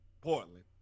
Portland